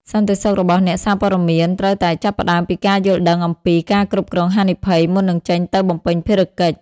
សន្តិសុខរបស់អ្នកសារព័ត៌មានត្រូវតែចាប់ផ្តើមពីការយល់ដឹងអំពី "ការគ្រប់គ្រងហានិភ័យ" មុននឹងចេញទៅបំពេញភារកិច្ច។